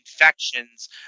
infections